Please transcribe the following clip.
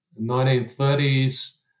1930s